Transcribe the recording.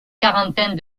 quarantaine